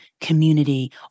community